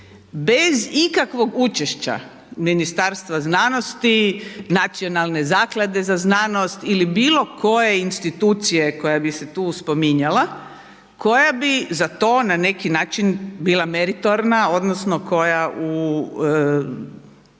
Bez ikakvog učešća Ministarstva znanosti, Nacionalne zaklade za znanost ili bilo koje institucije koja bi se tu spominjala koja bi za to na neki način bila meritorna, odnosno koja u